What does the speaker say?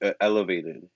elevated